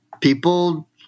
people